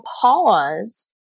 pause